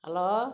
hello